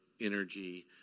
energy